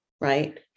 right